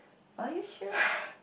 are you sure